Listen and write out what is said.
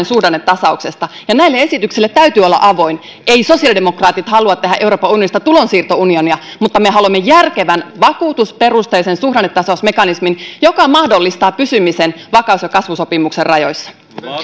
suhdannetasauksesta ja näille esityksille täytyy olla avoin eivät sosiaalidemokraatit halua tehdä euroopan unionista tulonsiirtounionia mutta me haluamme järkevän vakuutusperusteisen suhdannetasausmekanismin joka mahdollistaa pysymisen vakaus ja kasvusopimuksen rajoissa